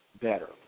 better